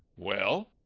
well?